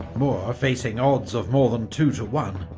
moore, facing odds of more than two to one,